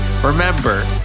Remember